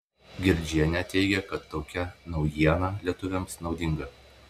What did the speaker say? girdžienė teigia kad tokia naujiena lietuviams naudinga